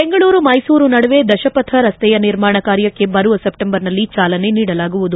ಬೆಂಗಳೂರು ಮೈಸೂರು ನಡುವೆ ದಶಪಥ ರಸ್ತೆಯ ನಿರ್ಮಾಣ ಕಾರ್ಯಕ್ಕೆ ಬರುವ ಸೆಪ್ಟೆಂಬರ್ನಲ್ಲಿ ಚಾಲನೆ ನೀಡಲಾಗುವುದು